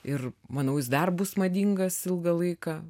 ir manau jis dar bus madingas ilgą laiką